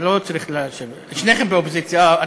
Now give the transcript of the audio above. שניכם באופוזיציה,